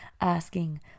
asking